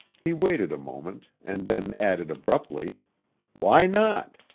he waited a moment, and then added abruptly why not?